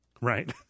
right